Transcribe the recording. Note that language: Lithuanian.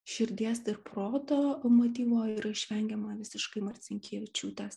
širdies ir proto motyvo ir išvengiama visiškai marcinkevičiūtės